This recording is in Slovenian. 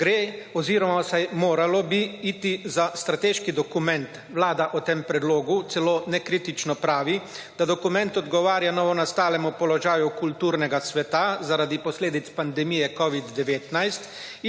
Gre oziroma saj moralo bi iti za strateški dokument Vlada o tem predlogu celo nekritično pravi, da dokument odgovarja novonastalemu položaju kulturnega sveta, zaradi posledic pandemije Covid-19